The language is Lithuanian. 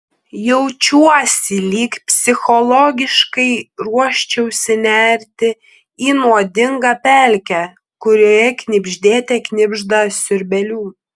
jaučiuosi lyg psichologiškai ruoščiausi nerti į nuodingą pelkę kurioje knibždėte knibžda siurbėlių